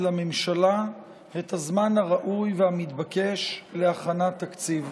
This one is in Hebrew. לממשלה את הזמן הראוי והמתבקש להכנת תקציב.